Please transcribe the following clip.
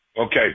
Okay